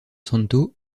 santo